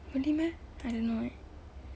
really meh I don't know eh